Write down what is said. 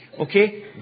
Okay